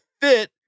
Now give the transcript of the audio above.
fit